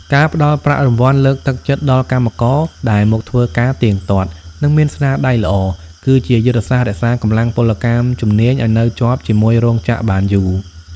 ការផ្ដល់ប្រាក់រង្វាន់លើកទឹកចិត្តដល់កម្មករដែលមកធ្វើការទៀងទាត់ និងមានស្នាដៃល្អ គឺជាយុទ្ធសាស្ត្ររក្សាកម្លាំងពលកម្មជំនាញឱ្យនៅជាប់ជាមួយរោងចក្របានយូរ។